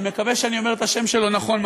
אני מקווה שאני אומר את השם שלו נכון,